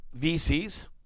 VCs